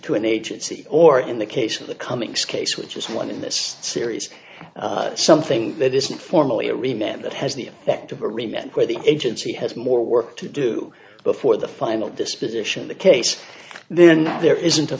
to an agency or in the case of the comics case which is one in this series something that isn't formally a remember that has the effect of agreement where the agency has more work to do before the final disposition the case then there isn't a